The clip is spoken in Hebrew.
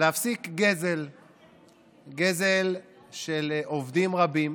להפסיק גזל של עובדים רבים